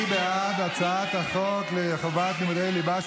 מי בעד הצעת החוק לחובת לימודי ליבה,